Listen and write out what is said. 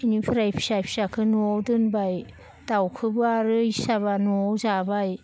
इनिफोराय फिसा फिसाखो न'आव दोनबाय दाउखोबो आरो इसिजाबा न'आव जाबाय